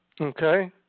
Okay